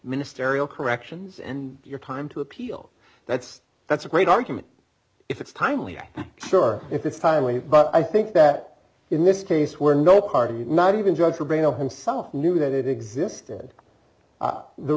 ministerial corrections and your time to appeal that's that's a great argument if it's timely sure if it's timely but i think that in this case we're no party not even judge for bail himself knew that it existed